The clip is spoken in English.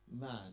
man